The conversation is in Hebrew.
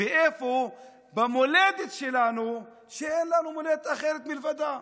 ואיפה, במולדת שלנו, שאין לנו מולדת אחרת מלבדה.